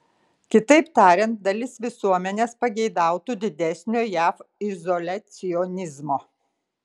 kitaip tariant dalis visuomenės pageidautų didesnio jav izoliacionizmo